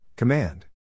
Command